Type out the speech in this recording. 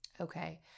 Okay